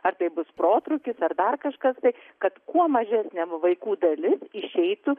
ar tai bus protrūkis ar dar kažkas tai kad kuo mažesniam vaikų dalis išeitų